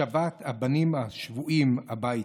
השבת הבנים השבויים הביתה.